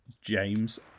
James